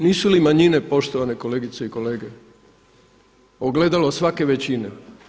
Nisu li manjine, poštovane kolegice i kolege, ogledalo svake većine?